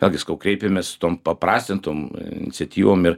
vėlgi sakau kreipėmės tom paprastintom iniciatyvom ir